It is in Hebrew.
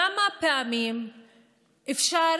כמה פעמים אפשר